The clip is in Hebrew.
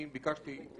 שביקשתי